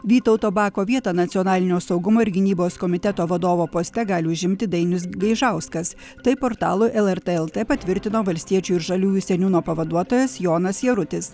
vytauto bako vietą nacionalinio saugumo ir gynybos komiteto vadovo poste gali užimti dainius gaižauskas taip portalui lrt lt patvirtino valstiečių ir žaliųjų seniūno pavaduotojas jonas jarutis